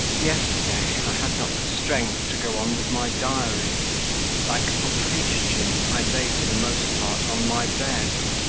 yesterday i had not the strength to go on with my diary like poprishtchin, i lay, for the most part, on my bed,